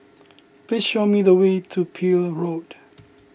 please show me the way to Peel Road